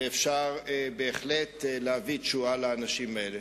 ואפשר בהחלט להביא תשועה לאנשים האלה.